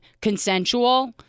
consensual